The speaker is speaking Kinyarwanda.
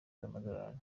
z’amadolari